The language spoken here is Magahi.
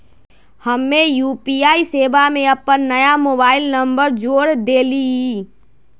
हम्मे यू.पी.आई सेवा में अपन नया मोबाइल नंबर जोड़ देलीयी